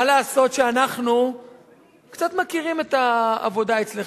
מה לעשות שאנחנו קצת מכירים את העבודה אצלך,